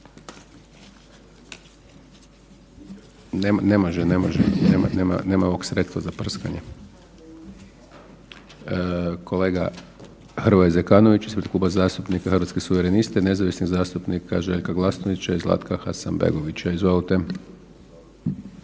Hrvatskih suverenista i nezavisnih zastupnika Željka Glasnovića i Zlatka Hasanbegovića. Izvolite.